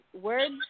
words